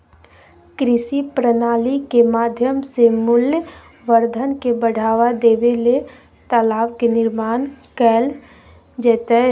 कृषि प्रणाली के माध्यम से मूल्यवर्धन के बढ़ावा देबे ले तालाब के निर्माण कैल जैतय